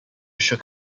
shook